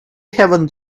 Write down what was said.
haven’t